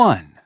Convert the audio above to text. One